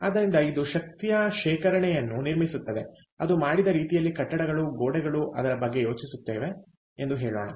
ಆದ್ದರಿಂದ ಇದು ಶಕ್ತಿಯ ಶೇಖರಣೆಯನ್ನು ನಿರ್ಮಿಸುತ್ತಿದೆ ಅದು ಮಾಡಿದ ರೀತಿಯಲ್ಲಿ ಕಟ್ಟಡದ ಗೋಡೆಗಳು ಅದರ ಬಗ್ಗೆ ಯೋಚಿಸುತ್ತವೆ ಎಂದು ಹೇಳೋಣ